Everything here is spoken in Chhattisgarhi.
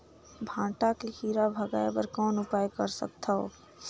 भांटा के कीरा भगाय बर कौन उपाय कर सकथव?